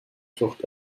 flucht